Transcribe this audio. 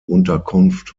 unterkunft